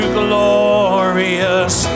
glorious